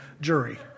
jury